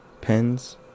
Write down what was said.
pens